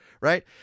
right